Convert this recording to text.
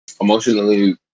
emotionally